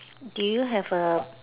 do you have a